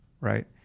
right